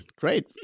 Great